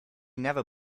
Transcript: never